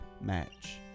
match